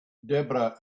debra